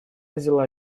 взяла